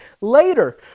later